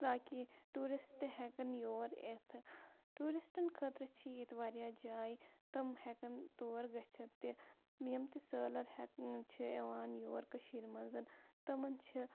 تاکہِ ٹوٗرِسٹ ہٮ۪کَن یور یِتھ ٹوٗرِسٹَن خٲطرٕ چھِ ییٚتہِ واریاہ جاے تِم ہٮ۪کَن تور گٔژھِتھ تہِ یِم تہِ سٲلر ہٮ۪کَن چھِ یِوان یور کٔشیٖرِ منٛز تِمَن چھِ